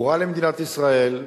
הוא רע למדינת ישראל,